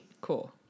Cool